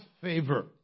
favor